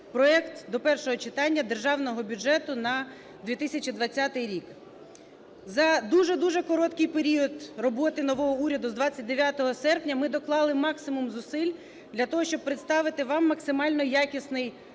проект до першого читання Державного бюджету на 2020 рік. За дуже-дуже короткий період роботи нового уряду з 29 серпня ми доклали максимум зусиль для того, щоб представити вам максимально якісний